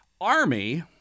army